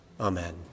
Amen